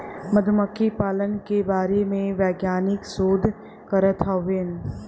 मधुमक्खी पालन के बारे में वैज्ञानिक शोध करत हउवन